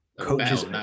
Coaches